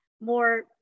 more